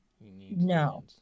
no